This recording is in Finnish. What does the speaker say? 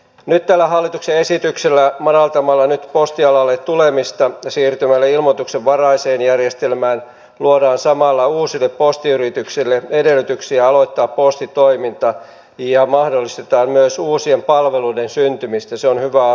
nyt tällä hallituksen esityksellä madalletaan postialalle tulemisen kynnystä siirtymällä ilmoituksenvaraiseen järjestelmään ja luodaan samalla uusille postiyrityksille edellytyksiä aloittaa postitoiminta sekä mahdollistetaan myös uusien palveluiden syntymistä se on mielestäni hyvä asia